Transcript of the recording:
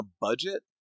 budget